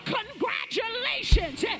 Congratulations